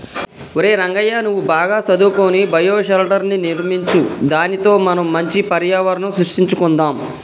ఒరై రంగయ్య నువ్వు బాగా సదువుకొని బయోషెల్టర్ర్ని నిర్మించు దానితో మనం మంచి పర్యావరణం సృష్టించుకొందాం